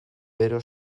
bero